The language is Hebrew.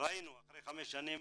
ראינו אחרי חמש שנים